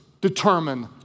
determine